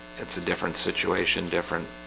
it's a different situation different